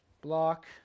Block